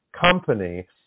company